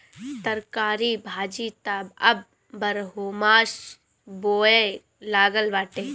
तरकारी भाजी त अब बारहोमास बोआए लागल बाटे